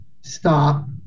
stop